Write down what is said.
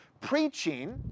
preaching